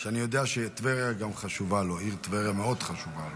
ואני יודע שהעיר טבריה מאוד חשובה לו.